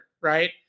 right